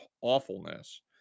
awfulness